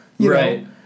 Right